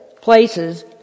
places